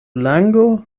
lango